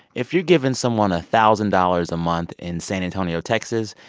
if you're giving someone a thousand dollars a month in san antonio, texas,